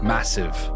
Massive